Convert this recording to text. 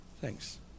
Thanks